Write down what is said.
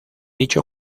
dicho